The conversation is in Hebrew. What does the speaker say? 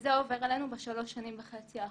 וזה עובר עלינו בשלוש שנים וחצי האחרונות.